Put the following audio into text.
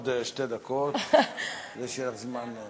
אני מוסיף לך עוד שתי דקות כדי שיהיה לך זמן.